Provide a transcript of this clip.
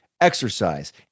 Exercise